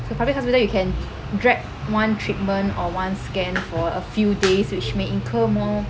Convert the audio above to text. so public hospital you can drag one treatment or one scan for a few days which may incur more